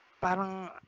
parang